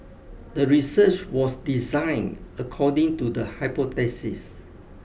the research was designed according to the hypothesis